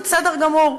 זה בסדר גמור.